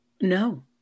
No